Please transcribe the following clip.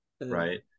right